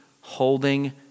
holding